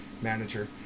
Manager